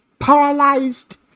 paralyzed